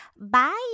Bye